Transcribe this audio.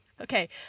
Okay